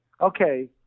okay